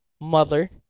mother